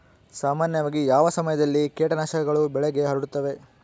ಸಾಮಾನ್ಯವಾಗಿ ಯಾವ ಸಮಯದಲ್ಲಿ ಕೇಟನಾಶಕಗಳು ಬೆಳೆಗೆ ಹರಡುತ್ತವೆ?